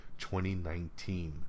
2019